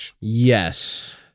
Yes